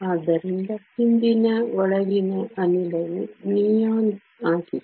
ಆದ್ದರಿಂದ ಹಿಂದಿನ ಒಳಗಿನ ಅನಿಲವು ನಿಯಾನ್ ಆಗಿದೆ